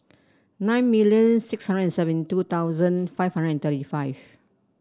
nine million six hundred and seventy two thousand five hundred and thirty five